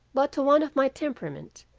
but to one of my temperament,